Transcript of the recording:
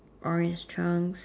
orange trunks